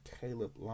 Caleb